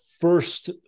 First